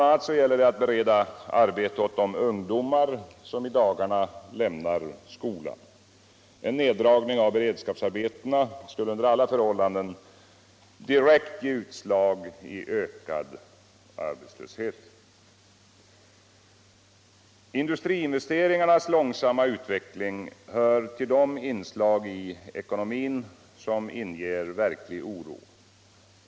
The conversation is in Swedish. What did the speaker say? a. gäller det att bereda arbete åt de ungdomar som i dagarna lämnar skolan. En neddragning av beredskapsarbetena skulle under alla förhållanden direkt ge utslag i ökad arbetslöshet. Industriinvesteringarnas långsamma utveckling hör till de inslag i ekonomin som inger verklig oro.